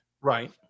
right